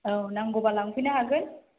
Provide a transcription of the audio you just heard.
औ नांगौब्ला लांफैनो हागोन